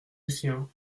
lucien